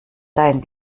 dein